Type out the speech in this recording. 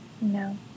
No